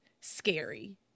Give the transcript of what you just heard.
scary